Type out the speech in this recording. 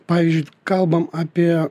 pavyzdžiui kalbam apie